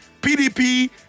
PDP